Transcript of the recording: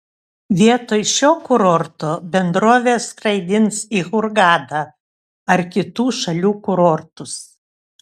vietoj šio kurorto bendrovė skraidins į hurgadą ar kitų šalių kurortus